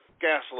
gasoline